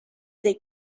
they